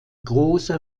großer